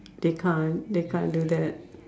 they can't they can't do that